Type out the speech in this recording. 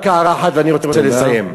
רק הערה אחת, ואני רוצה לסיים.